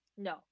no